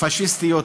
פאשיסטיות